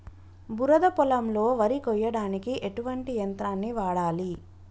బురద పొలంలో వరి కొయ్యడానికి ఎటువంటి యంత్రాన్ని వాడాలి?